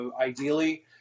Ideally